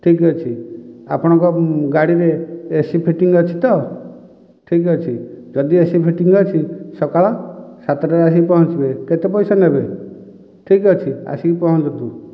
ଠିକ୍ ଅଛି ଆପଣଙ୍କ ଗାଡ଼ିରେ ଏସି ଫିଟିଙ୍ଗ୍ ଅଛି ତ ଠିକ୍ ଅଛି ଯଦି ଏସି ଫିଟିଙ୍ଗ୍ ଅଛି ସକାଳ ସାତଟାରେ ଆସିକି ପହଞ୍ଚିବେ କେତେ ପଇସା ନେବେ ଠିକ୍ ଅଛି ଆସିକି ପହଞ୍ଚନ୍ତୁ